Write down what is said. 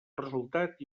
resultat